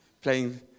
playing